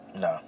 No